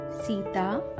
Sita